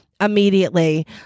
immediately